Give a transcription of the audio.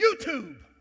YouTube